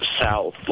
south